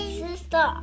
sister